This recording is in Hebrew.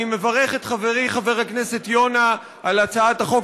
אני מברך את חברי חבר הכנסת יונה על הצעת החוק